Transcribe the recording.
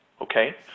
okay